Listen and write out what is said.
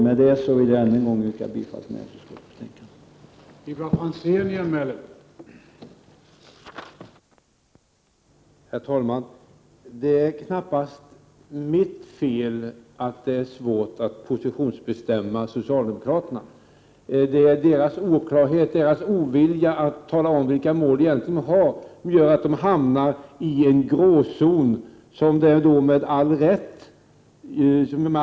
Med det anförda vill jag än en gång yrka bifall till hemställan i näringsutskottets betänkande 29.